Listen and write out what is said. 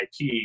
IP